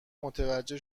متوجه